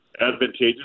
advantageous